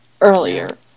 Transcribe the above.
earlier